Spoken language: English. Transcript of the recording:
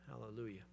hallelujah